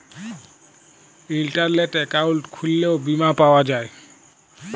ইলটারলেট account খুইললেও বীমা পাউয়া যায়